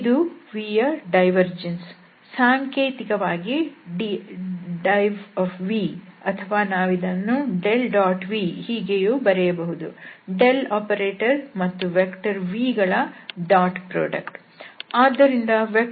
ಇದು vಯ ಡೈವರ್ಜೆನ್ಸ್ ಸಾಂಕೇತಿಕವಾಗಿ divv ಅಥವಾ ನಾವಿದನ್ನು v ಹೀಗೂ ಬರೆಯಬಹುದು ಡೆಲ್ ಆಪರೇಟರ್ ಮತ್ತು ವೆಕ್ಟರ್ vಗಳ ಡಾಟ್ ಉತ್ಪನ್ನ